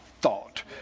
thought